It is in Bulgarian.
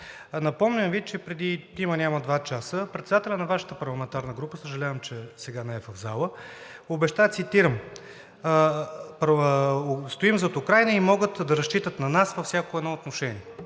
Напомням Ви, че преди има-няма два часа председателят на Вашата парламентарна група, съжалявам, че сега не е в залата, обеща, цитирам: „Стоим зад Украйна и могат да разчитат на нас във всяко едно отношение.“